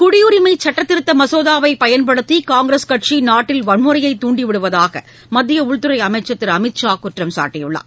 குடியுரிமை சட்டத்திருத்த மனேதாவை பயன்படுத்தி காங்கிரஸ் கட்சி நாட்டில் வன்முறையைத் தூண்டி விடுவதாக மத்திய உள்துறை அமைச்சர் திரு அமித் ஷா குற்றம் சாட்டியுள்ளார்